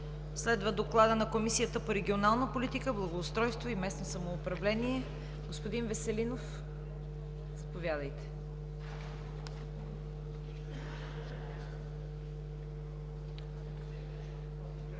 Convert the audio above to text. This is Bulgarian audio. Следва Доклада на Комисията по регионална политика, благоустройство и местно самоуправление. Заповядайте,